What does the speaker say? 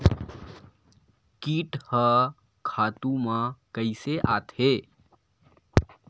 कीट ह खातु म कइसे आथे?